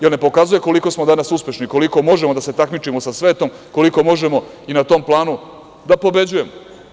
Jel ne pokazuju koliko smo danas uspešni i koliko možemo da se takmičimo sa svetom, koliko možemo i na tom planu da pobeđujemo?